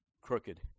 crooked